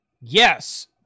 yes